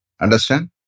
Understand